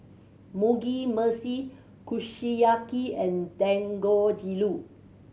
Mugi Meshi Kushiyaki and Dangojiru